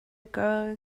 girl